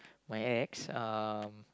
my ex um